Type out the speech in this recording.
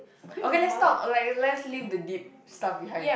okay let's talk like let's leave the deep stuff behind